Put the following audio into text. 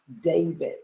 David